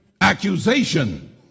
accusation